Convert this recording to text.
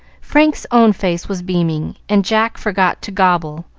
frank's own face was beaming, and jack forgot to gobble,